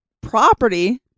property